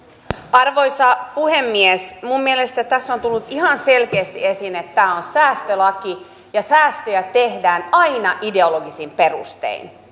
arvoisa puhemies minun mielestäni tässä on tullut ihan selkeästi esiin että tämä on säästölaki ja säästöjä tehdään aina ideologisin perustein